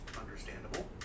Understandable